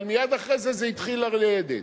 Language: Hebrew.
אבל מייד אחרי זה, זה התחיל לרדת.